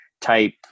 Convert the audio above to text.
type